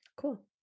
cool